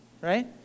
right